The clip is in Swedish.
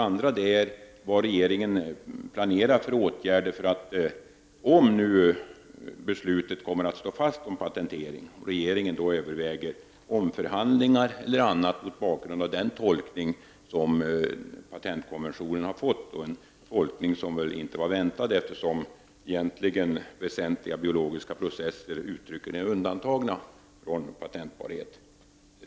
Vad planerar regeringen för åtgärder om beslutet om patentering kommer att stå fast? Kommer då regeringen att överväga t.ex. omförhandlingar mot bakgrund av den tolkning som patentkonventionen har fått? Det är ju en tolkning som inte var väntad, eftersom väsentliga biologiska processer uttryckligen är undantagna från patenterbarhet.